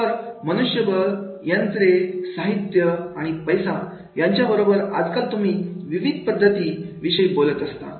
तर मनुष्यबळ यंत्रे साहित्य आणि पैसा यांच्या बरोबरच आज काल तुम्ही विविध पद्धती विषय बोलत असतात